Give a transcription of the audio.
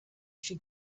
she